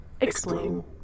Explain